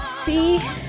See